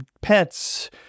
pets